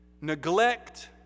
neglect